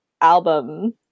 album